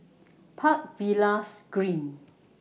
Park Villas Green